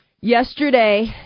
Yesterday